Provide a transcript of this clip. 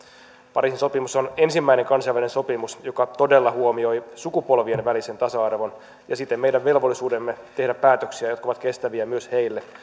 pariisin sopimus on ensimmäinen kansainvälinen sopimus joka todella huomioi sukupolvien välisen tasa arvon ja siten meidän velvollisuutemme tehdä päätöksiä jotka ovat kestäviä myös heille